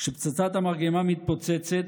כשפצצת המרגמה מתפוצצת,